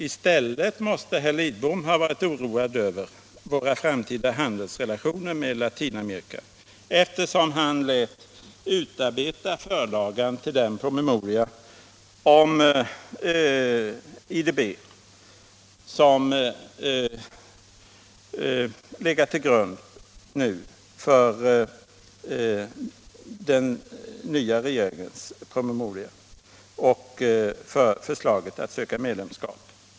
I stället måste herr Lidbom ha varit oroad över våra framtida handelsrelationer med Latinamerika, eftersom han lät utarbeta förlagan till den promemoria om IDB som nu legat till grund för den nya regeringens promemoria och för dess förslag att söka medlemskap.